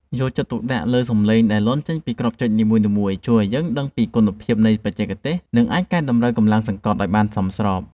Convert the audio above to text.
យកចិត្តទុកដាក់លើសម្លេងដែលលាន់ឮចេញពីគ្រាប់ចុចនីមួយៗជួយឱ្យយើងដឹងពីគុណភាពនៃបច្ចេកទេស និងអាចកែតម្រូវកម្លាំងសង្កត់ឱ្យបានសមស្រប។